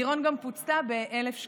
לירון גם פוצתה ב-1,000 שקלים.